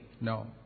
No